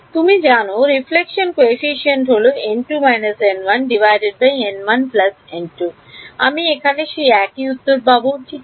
তুমি জানো প্রতিবিম্ব সহগ হল n2 - n1n1 n2 আমি এখানে সেই একই উত্তর পাবো ঠিক আছে